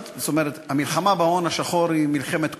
המלחמה בהון השחור היא מלחמת קודש,